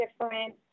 different